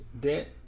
debt